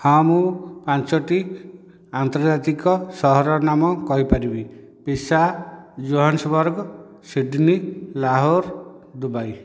ହଁ ମୁଁ ପାଞ୍ଚୋଟି ଆନ୍ତର୍ଜାତିକ ସହରର ନାମ କହିପାରିବି Pisa Johannesburg Sydney Lahore Dubai